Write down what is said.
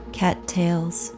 cattails